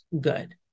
good